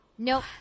Nope